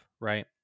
Right